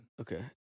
Okay